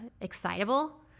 excitable